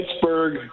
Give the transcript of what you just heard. Pittsburgh